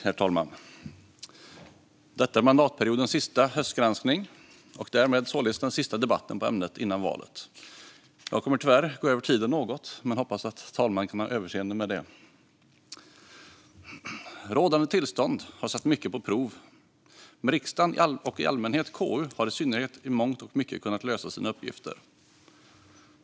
Herr talman! Detta är mandatperiodens sista höstgranskning och därmed således den sista debatten i ämnet före valet. Jag kommer tyvärr att gå över tiden något men hoppas att talmannen har överseende med det. Rådande tillstånd har satt mycket på prov, men riksdagen i allmänhet och KU i synnerhet har i mångt och mycket kunna lösa sina uppgifter.